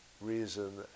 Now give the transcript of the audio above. reason